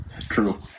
True